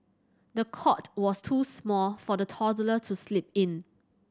the cot was too small for the toddler to sleep in